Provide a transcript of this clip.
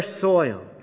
soil